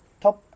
top